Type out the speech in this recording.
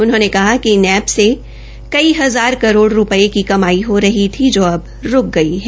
उन्होंने कहा कि इन एप्पस से कई हजार करोड़ रूपये की कमाई हो रही थी जो अब रूक गई है